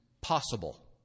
possible